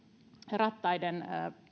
rattaiden